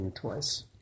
twice